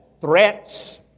threats